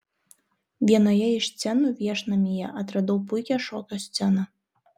vienoje iš scenų viešnamyje atradau puikią šokio sceną